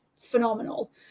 phenomenal